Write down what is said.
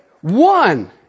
One